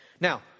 Now